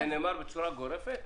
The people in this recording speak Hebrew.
זה נאמר בצורה גורפת?